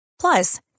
Plus